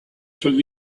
from